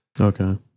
Okay